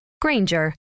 Granger